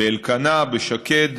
באלקנה, בשקד,